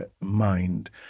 mind